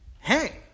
Hey